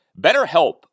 BetterHelp